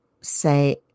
say